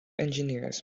engineers